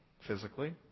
physically